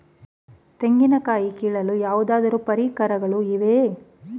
ತೆಂಗಿನ ಕಾಯಿ ಕೀಳಲು ಯಾವುದಾದರು ಪರಿಕರಗಳು ಇವೆಯೇ?